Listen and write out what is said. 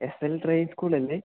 S L driving സ്കൂളല്ലേ